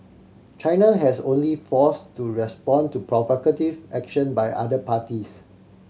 China has only force to respond to provocative action by other parties